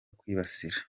kwibasira